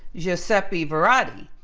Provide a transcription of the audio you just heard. giuseppe veratti,